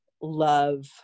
love